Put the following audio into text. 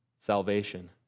salvation